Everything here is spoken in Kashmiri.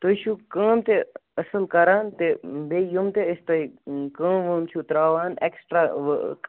تُہۍ چھِو کٲم تہِ اصل کَران تہٕ بییٛہِ یُم تہِ أسۍ تۄہہِ کٲم وٲم چھو تراوان ایکسٹرا ؤرک